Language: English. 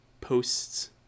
posts